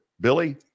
Billy